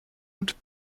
und